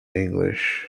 english